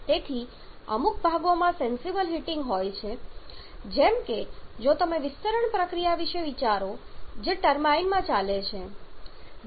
તેથી અમુક ભાગોમાં સેંસિબલ હીટિંગ હોય છે જેમ કે જો તમે વિસ્તરણ પ્રક્રિયા વિશે વિચારી શકો જે ટર્બાઇનમાં ચાલે છે